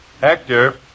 Hector